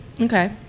Okay